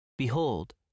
Behold